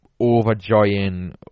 overjoying